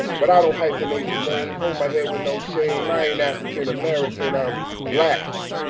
but i don't hyphenate the name. hold my head with no shame. i ain't african american. i'm black.